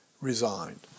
resigned